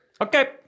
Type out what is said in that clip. Okay